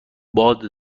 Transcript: باد